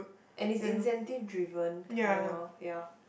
and it's incentive driven kind of ya